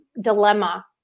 dilemma